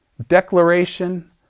declaration